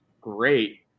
great